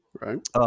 Right